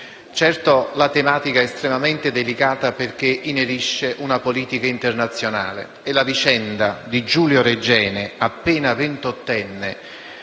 Certo, la tematica è estremamente delicata perché inerisce alla politica internazionale. La vicenda di Giulio Regeni, appena ventottenne,